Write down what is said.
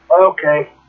Okay